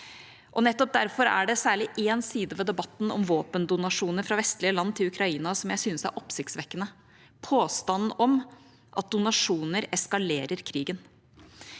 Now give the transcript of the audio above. Nettopp derfor er det særlig én side ved debatten om våpendonasjoner fra vestlige land til Ukraina jeg syns er oppsiktsvekkende: påstanden om at donasjoner eskalerer krigen.